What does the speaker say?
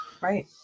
Right